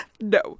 No